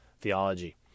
theology